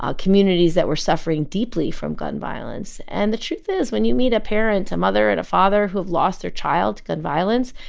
ah communities that were suffering deeply from gun violence. and the truth is when you meet a parent a mother and a father who have lost their child to gun violence,